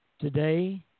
Today